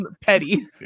Petty